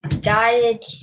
guided